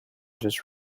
just